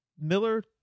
Miller